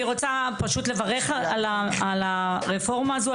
אני רוצה פשוט לברך על הרפורמה הזו.